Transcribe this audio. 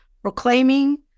Proclaiming